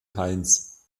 heinz